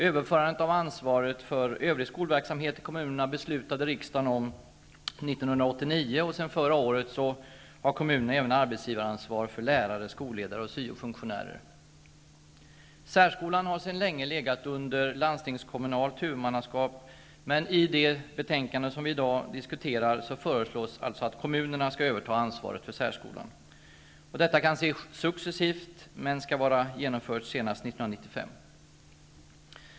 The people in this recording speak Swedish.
Överföringen av ansvaret för övrig skolverksamhet till kommunerna beslutades av riksdagen våren 1989, och sedan förra året har kommunerna även arbetsgivaransvar för lärare, skolledare och syofunktionärer. Särskolan har sedan länge legat under landstingskommunalt huvudmannaskap. Men i det betänkande som vi i dag diskuterar föreslås att kommunerna skall överta ansvaret för särskolan. Detta kan ske successivt, men skall vara genomfört senast 1995.